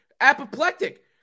apoplectic